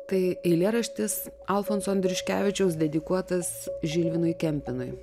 tai eilėraštis alfonso andriuškevičiaus dedikuotas žilvinui kempinui